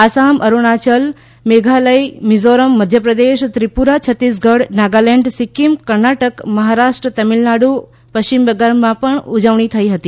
આસામ અરુણાચલ મેઘાલય મિઝોરમ મધ્યપ્રદેશ ત્રિપુરા છત્તીસગઢ નાગાલેન્ડ સિક્કિમ કર્ણાટક મહારાષ્ટ્ર તમિલનાડુ પશ્ચિમબંગાળમાં ઉજવણી થઈ હતી